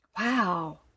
Wow